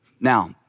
Now